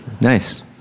nice